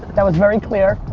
that was very clear.